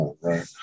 right